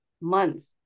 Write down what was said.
months